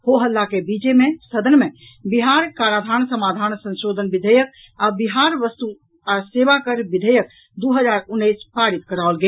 हो हल्ला के बीचे मे सदन मे बिहार कराधान समाधान संशोधन विधेयक आ बिहार वस्तु आ सेवा कर विधेयक दू हजार उनैस पारित कराओल गेल